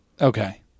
Okay